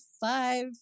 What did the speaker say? five